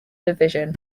division